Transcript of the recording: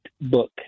book